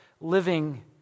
living